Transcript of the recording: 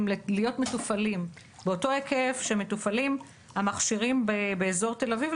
להיות מתופעלים באותו היקף שמתופעלים המכשירים באזור תל אביב,